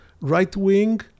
right-wing